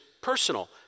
personal